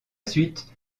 suite